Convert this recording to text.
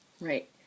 Right